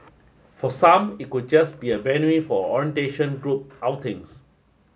for some it could just be a venue for orientation group outings